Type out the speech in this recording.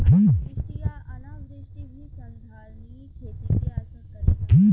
अतिवृष्टि आ अनावृष्टि भी संधारनीय खेती के असर करेला